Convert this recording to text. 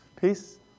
Peace